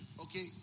Okay